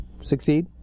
succeed